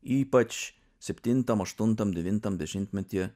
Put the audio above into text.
ypač septintam aštuntam devintam dešimtmetyje